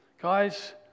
Guys